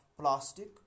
plastic